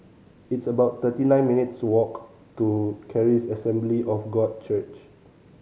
it's about thirty nine minutes' walk to Charis Assembly of God Church